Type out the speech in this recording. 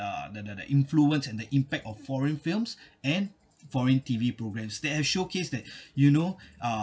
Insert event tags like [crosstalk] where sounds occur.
uh the the the influence and the impact of foreign films and foreign T_V programs that have showcase that [breath] you know